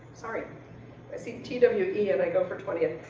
sorry i see t w e and i go for twentieth.